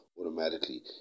automatically